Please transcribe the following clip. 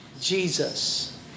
Jesus